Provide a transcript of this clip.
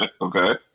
okay